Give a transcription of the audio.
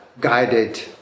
guided